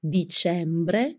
dicembre